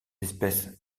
espèces